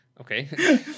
Okay